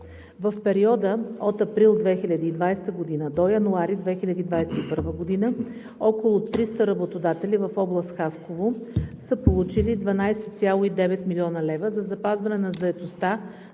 В периода от месец април 2020 г. до месец януари 2021 г. около 300 работодатели в област Хасково са получили 12,9 млн. лв. за запазване на заетостта